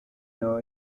know